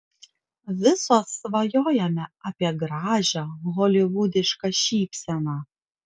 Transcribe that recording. visos svajojame apie gražią holivudišką šypseną